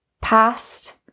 past